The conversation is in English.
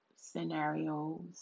Scenarios